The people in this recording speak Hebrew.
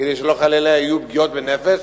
כדי שלא יהיו חלילה פגיעות בנפש.